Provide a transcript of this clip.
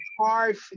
hard